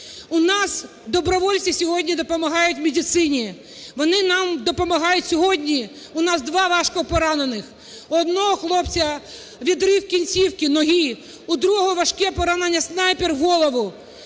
У нас добровольці сьогодні допомагають медицині, вони нам допомагають сьогодні, у нас два важко поранених: у одного хлопця відрив кінцівки, ноги, у другого важке поранення – снайпер в голову.